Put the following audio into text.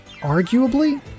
arguably